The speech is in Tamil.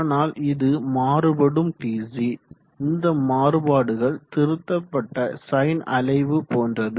ஆனால் இது மாறுபடும் டிசி இந்த மாறுபாடுகள் திருத்தப்பட்ட சைன் அலைவு போன்றது